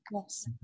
Yes